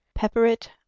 pepperit